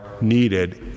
needed